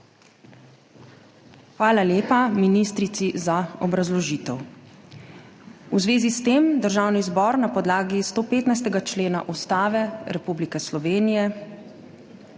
Hvala lepa ministrici za obrazložitev. V zvezi s tem Državni zbor na podlagi 115. člena Ustave Republike Slovenije